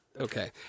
okay